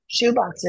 shoeboxes